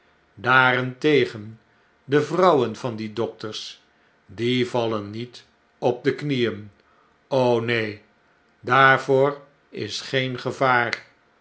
daarentegen de vrouwen van die dokters die vallen niet op de knieen neen daarvoor is geen gevaar